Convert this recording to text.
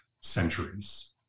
centuries